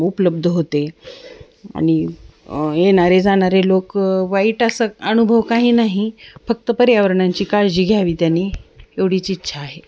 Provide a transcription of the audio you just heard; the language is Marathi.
उपलब्ध होते आणि येणारे जाणारे लोक वाईट असं अनुभव काही नाही फक्त पर्यावरणाची काळजी घ्यावी त्यांनी एवढीची इच्छा आहे